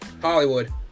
Hollywood